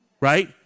right